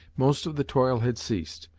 most of the toil had ceased,